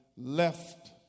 Left